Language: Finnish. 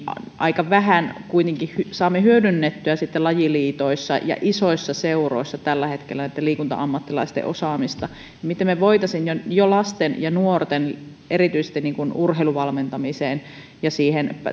aika vähän kuitenkaan saamme hyödynnettyä sitten lajiliitoissa ja isoissa seuroissa tällä hetkellä näitten liikunta ammattilaisten osaamista ja miten me heidän osaamistaan saisimme jalostettua erityisesti jo lasten ja nuorten urheiluvalmentamiseen ja